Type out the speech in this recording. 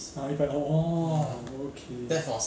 uh 一百 orh orh okay